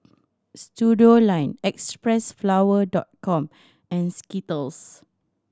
Studioline Xpressflower Dot Com and Skittles